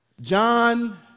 John